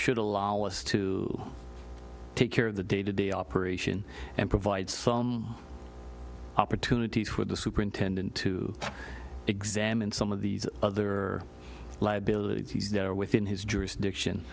should allow us to take care of the day to day operation and provide some opportunities for the superintendent to examine some of these other liabilities there within his jurisdiction